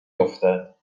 افتد